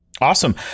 Awesome